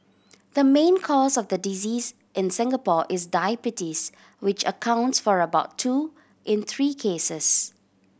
the main cause of the disease in Singapore is diabetes which accounts for about two in three cases